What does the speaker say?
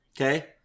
Okay